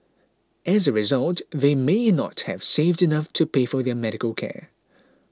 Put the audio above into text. as a result they may not have saved enough to pay for their medical care